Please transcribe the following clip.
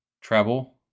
Treble